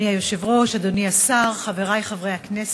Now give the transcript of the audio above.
אדוני היושב-ראש, אדוני השר, חברי חברי הכנסת,